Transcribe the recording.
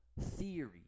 theory